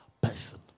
person